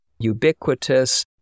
ubiquitous